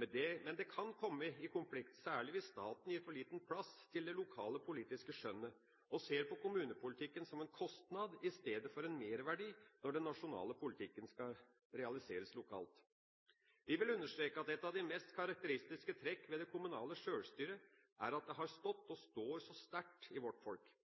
Men det kan komme i konflikt, særlig hvis staten gir for liten plass til det lokale politiske skjønnet, og ser på kommunepolitikken som en kostnad i stedet for en merverdi når den nasjonale politikken skal realiseres lokalt. Vi vil understreke at et av de mest karakteristiske trekk ved det kommunale sjølstyret er at det har stått – og står – så sterkt i vårt folk.